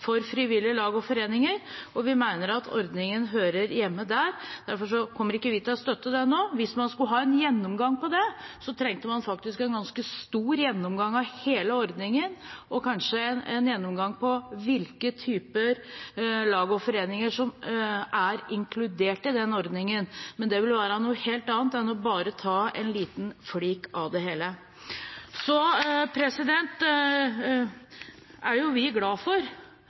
for frivillige lag og foreninger, og vi mener at ordningen hører hjemme der. Derfor kommer ikke vi til å støtte det nå. Hvis man skulle ha en gjennomgang, trengte man en ganske stor gjennomgang av hele ordningen og kanskje en gjennomgang av hvilke typer lag og foreninger som er inkludert i den ordningen. Men det vil være noe helt annet enn bare å ta en liten flik av det hele. Så er jo vi glad for